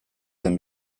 zen